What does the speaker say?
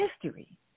history